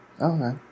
Okay